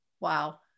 Wow